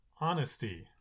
honesty